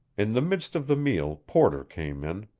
in the midst of the meal porter came in.